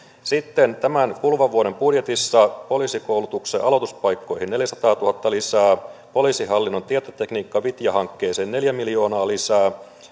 sitten tämän kuluvan vuoden budjetissa poliisikoulutuksen aloituspaikkoihin neljäsataatuhatta lisää poliisihallinnon tietotekniikan vitja hankkeeseen neljä miljoonaa lisää